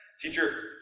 Teacher